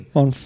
on